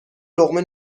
لقمه